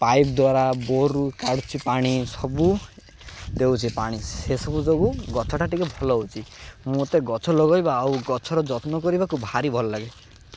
pipe ଦ୍ଵାରା ବୋର୍ରୁ କାଢୁଛି ପାଣି ସବୁ ଦେଉଛି ପାଣି ସେସବୁ ଯୋଗୁଁ ଗଛଟା ଟିକେ ଭଲ ହେଉଛି ମୋତେ ଗଛ ଲଗାଇବା ଆଉ ଗଛର ଯତ୍ନ କରିବାକୁ ଭାରି ଭଲ ଲାଗେ